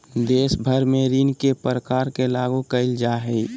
देश भर में ऋण के प्रकार के लागू क़इल जा हइ